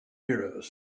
euros